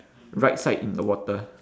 right side in the water